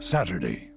Saturday